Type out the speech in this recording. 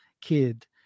kid